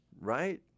Right